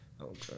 Okay